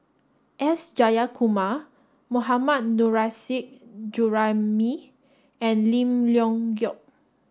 S Jayakumar Mohammad Nurrasyid Juraimi and Lim Leong Geok